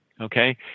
okay